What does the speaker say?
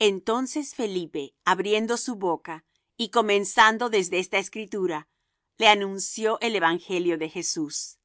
entonces felipe abriendo su boca y comenzando desde esta escritura le anunció el evangelio de jesús y